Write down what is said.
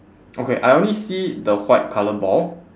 okay I only see the white colour ball